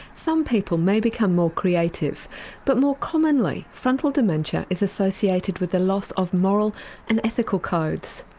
some people may become more creative but more commonly frontal dementia is associated with the loss of moral and ethical codes.